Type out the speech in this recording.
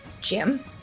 Jim